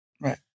Right